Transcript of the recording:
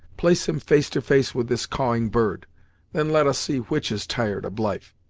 place him face to face with this cawing bird then let us see which is tired of life!